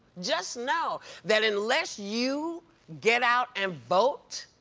just know that unless you get out and vote,